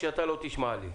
כשאתה לא תשמע לי.